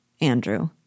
Andrew